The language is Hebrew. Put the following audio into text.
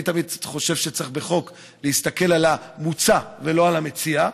אני תמיד חושב שבחוק צריך להסתכל על המוצע ולא על המציע,